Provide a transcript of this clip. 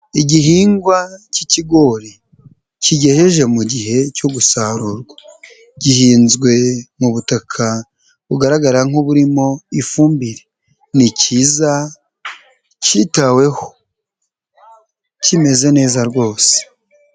Igihingwa k'ikigori kigejeje mu gihe cyo gusarurwa gihinzwe mu butaka bugaragara nk'uburimo ifumbire ni kiza kitaweho kimeze neza rwose.